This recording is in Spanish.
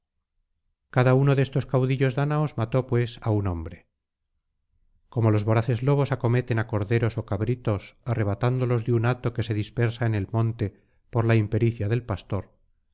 cada uno de estos caudillos dáñaos mató pues á un hombre como los voraces lobos acometen á corderos ó cabritos arrebatándolos de un hato que se dispersa en el monte por la impericia del pastor